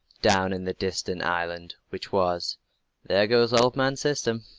down in that distant island, which was there goes old man system!